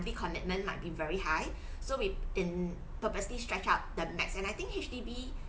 commitment might be very high so we in purposely stretch out the max and I think H_D_B